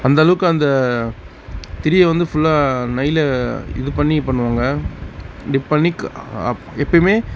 அந்தளவுக்கு அந்த திரியை வந்து ஃபுல்லாக நெய்யில் இது பண்ணி பண்ணுவாங்க டிப் பண்ணி எப்போயுமே